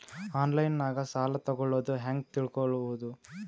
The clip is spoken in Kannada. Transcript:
ಆನ್ಲೈನಾಗ ಸಾಲ ತಗೊಳ್ಳೋದು ಹ್ಯಾಂಗ್ ತಿಳಕೊಳ್ಳುವುದು?